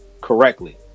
correctly